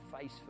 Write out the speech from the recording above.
face